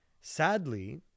Sadly